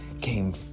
came